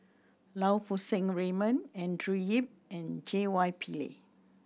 Lau Poo Seng Raymond Andrew Yip and J Y Pillay